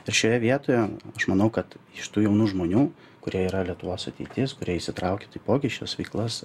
ir šioje vietoje aš manau kad iš tų jaunų žmonių kurie yra lietuvos ateitis kurie įsitraukia taipogi į šias veiklas